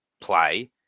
play